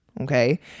Okay